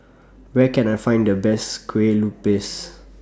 Where Can I Find The Best Kueh Lupis